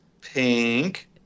pink